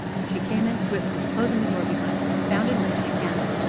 she came in swiftly, closing the door behind her, found and lighted a candle,